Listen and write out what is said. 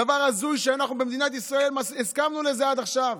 דבר הזוי שאנחנו במדינת ישראל הסכמנו לזה עד עכשיו.